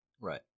right